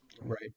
Right